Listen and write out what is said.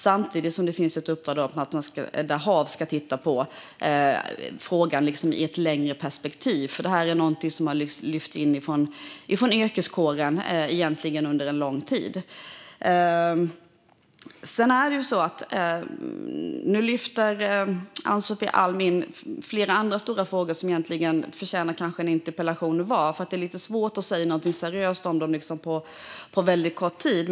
Samtidigt finns det ett uppdrag att HaV ska titta på frågan i ett längre perspektiv, för detta är egentligen någonting som har lyfts in från yrkeskåren under lång tid. Ann-Sofie Alm lyfter in flera andra stora frågor som kanske egentligen förtjänar en interpellationsdebatt var, för det är lite svårt att säga någonting seriöst om dem på väldigt kort tid.